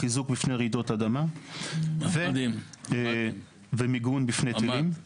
חיזוק בפני רעידות אדמה ומיגון בפני טילים.